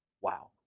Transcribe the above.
Wow